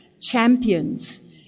champions